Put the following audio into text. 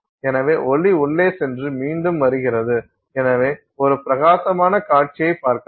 எனவே ஒளி உள்ளே சென்று மீண்டும் வருகிறது எனவே ஒரு பிரகாசமான காட்சியைக் பார்க்கலாம்